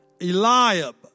Eliab